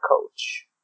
coach